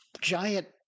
giant